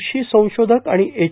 कृषी संशोधक अणि एच